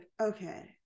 okay